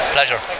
Pleasure